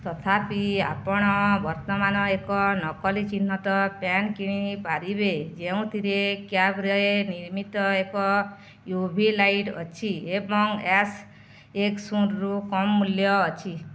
ତଥାପି ଆପଣ ବର୍ତ୍ତମାନ ଏକ ନକଲି ଚିହ୍ନଟ ପେନ୍ କିଣିପାରିବେ ଯେଉଁଥିରେ କ୍ୟାପ୍ରେ ନିର୍ମିତ ଏକ ୟୁ ଭି ଲାଇଟ୍ ଅଛି ଆସ୍ ଏସ୍ ଏକ ଶୂନ ରୁ କମ୍ ମୂଲ୍ୟ ଅଛି